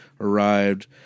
arrived